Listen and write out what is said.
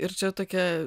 ir čia tokia